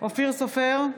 אופיר סופר,